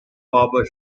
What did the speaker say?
barber